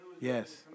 Yes